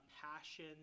passion